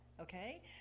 okay